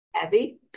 heavy